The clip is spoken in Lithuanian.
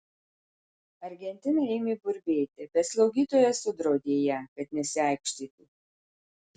argentina ėmė burbėti bet slaugytoja sudraudė ją kad nesiaikštytų